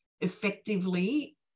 effectively